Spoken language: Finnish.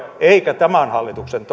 eikä tämän hallituksen